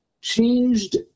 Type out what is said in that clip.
changed